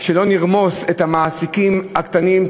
שלא נרמוס את המעסיקים הקטנים,